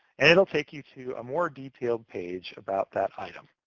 and it'll take you to more detailed page about that item.